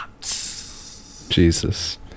Jesus